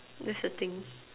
that's the thing